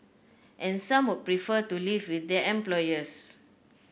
and some would prefer to live with their employers